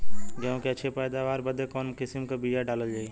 गेहूँ क अच्छी पैदावार बदे कवन किसीम क बिया डाली जाये?